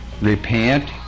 Repent